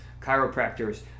chiropractors